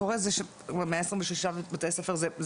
126 בתי ספר.